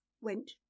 went